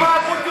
מושחתים.